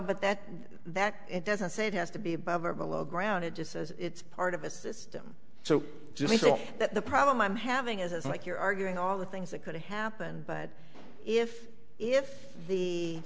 but that that doesn't say it has to be above or below ground it just says it's part of a system so that the problem i'm having is like you're arguing all the things that could happen but if if the